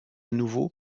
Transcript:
nouveau